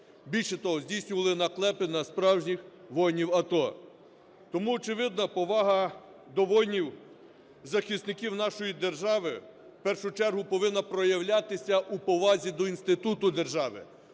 більше того, здійснювали наклепи на справжніх воїнів АТО. Тому, очевидно, повага до воїнів-захисників нашої держави в першу чергу повинна проявлятися у повазі до інституту держави,